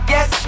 Yes